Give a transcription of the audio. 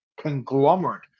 conglomerate